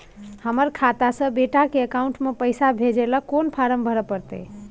हमर खाता से बेटा के अकाउंट में पैसा भेजै ल कोन फारम भरै परतै?